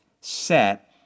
set